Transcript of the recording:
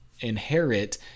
inherit